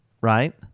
Right